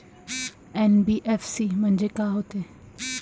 NBFC म्हणजे का होते?